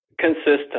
Consistent